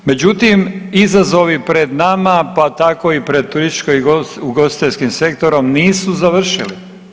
Međutim, izazov je pred nama, pa tako i pred turističko ugostiteljskim sektorom nisu završili.